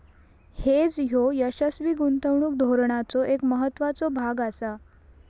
hedge ह्यो यशस्वी गुंतवणूक धोरणाचो एक महत्त्वाचो भाग आसा